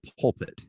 pulpit